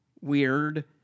weird